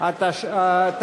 לשנות התקציב 2015 ו-2016),